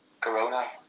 corona